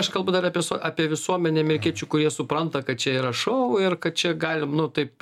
aš kalbu dar apie apie visuomenę amerikiečių kurie supranta kad čia yra šou ir kad čia galim nu taip